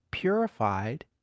purified